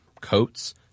coats